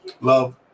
love